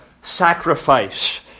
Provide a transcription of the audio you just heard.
sacrifice